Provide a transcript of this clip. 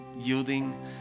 yielding